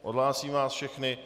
Odhlásím vás všechny.